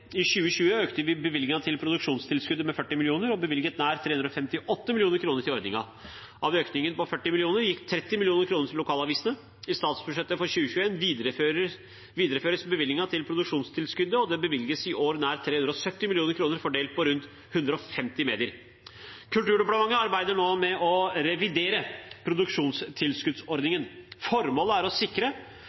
I 2020 økte vi bevilgningen til produksjonstilskuddet med 40 mill. kr og bevilget nær 358 mill. kr til ordningen. Av økningen på 40 mill. kr gikk 30 mill. kr til lokalavisene. I statsbudsjettet for 2021 videreføres bevilgningen til produksjonstilskuddet, og det bevilges i år nær 370 mill. kr fordelt på rundt 150 medier. Kulturdepartementet arbeider nå med å revidere produksjonstilskuddsordningen. Formålet er å sikre